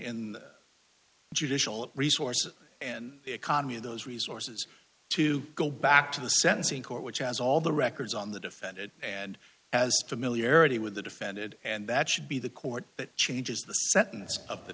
the judicial resources and the economy of those resources to go back to the sentencing court which has all the records on the defendant and as familiarity with the defended and that should be the court that changes the sentence of the